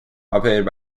populated